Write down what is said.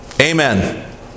Amen